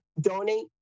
donate